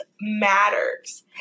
matters